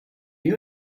you